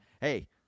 Hey